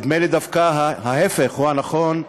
נדמה לי שדווקא ההפך הוא הנכון: